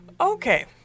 Okay